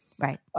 Right